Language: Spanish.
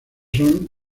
son